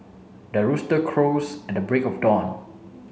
the rooster crows at the break of dawn